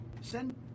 send